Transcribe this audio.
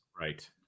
right